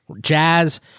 Jazz